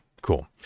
cool